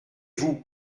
vous